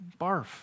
Barf